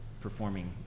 performing